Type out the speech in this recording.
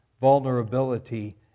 vulnerability